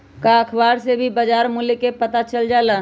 का अखबार से भी बजार मूल्य के पता चल जाला?